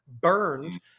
burned